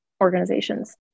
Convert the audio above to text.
organizations